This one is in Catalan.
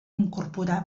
incorporar